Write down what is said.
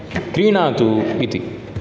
क्रीणातु इति